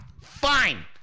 fine